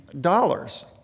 dollars